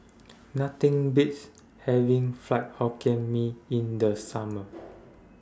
Nothing Beats having Fried Hokkien Mee in The Summer